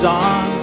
on